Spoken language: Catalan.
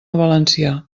valencià